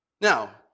Now